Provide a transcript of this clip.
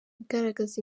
igaragaza